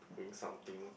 with something